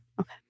okay